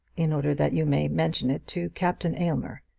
in order that you may mention it to captain aylmer.